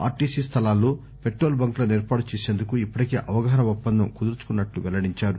RTC స్థలాల్లో petrol బంక్లను ఏర్పాటు చేసేందుకు ఇప్పటికే అవగాహన ఒప్పందం కుదుర్చుకున్నట్లు వెల్లడించారు